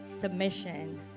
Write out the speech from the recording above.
submission